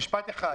משפט אחד.